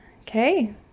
okay